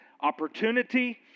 opportunity